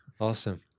Awesome